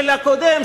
הקודם,